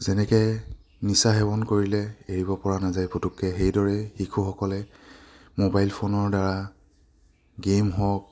যেনেকে নিচা সেৱন কৰিলে এৰিব পৰা নাযায় পটককৈ সেইদৰে শিশুসকলে মোবাইল ফোনৰ দ্বাৰা গেম হওক